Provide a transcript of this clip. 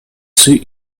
suit